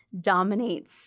dominates